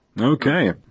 Okay